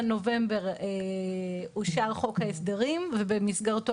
נובמבר אושר חוק ההסדרים ובמסגרתו